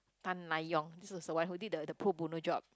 Tan Lai Yong this is the one who did the pro bono job